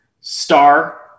star